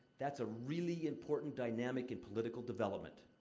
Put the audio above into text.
that's a really important dynamic in political development.